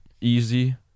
easy